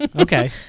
okay